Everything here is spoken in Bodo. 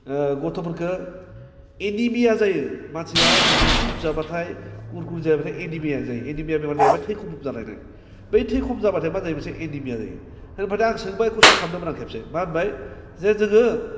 गथ'फोरखौ एनिमिया जायो मानसिया जुदि सिप्स जाबाथाय कुरकुरि जाबाथाय एनिमिया जायो एनिमिया बेमार जायोबा थै खम जालाङो बै थै खम जाबाथाय मा जायो मोनसे एनिमिया जायो होनबाथाय आं सोंबाय कुइसन खालामदोंमोन आं खेबसे मा होनबाय जे जोङो